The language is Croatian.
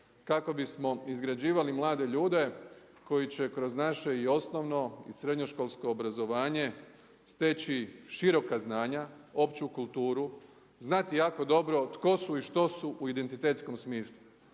kako bismo izgrađivali mlade ljude koji će kroz naše i osnovno i srednjoškolsko obrazovanje steći široka znanja, opću kulturu, znati jako dobro tko su i što su u identitetskom smislu,